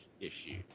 issue